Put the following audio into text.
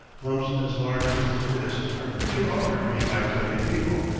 lumps as large as the fist are freely offered me by friendly people,